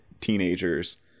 teenagers